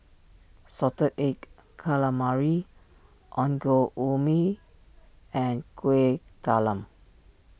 Salted Egg Calamari Ongol Ubi and Kueh Talam